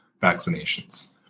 vaccinations